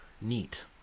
neat